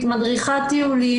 מדריכת טיולים,